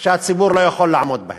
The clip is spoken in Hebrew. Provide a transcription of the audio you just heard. שהציבור לא יכול לעמוד בהן.